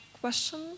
question